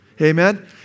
Amen